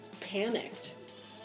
panicked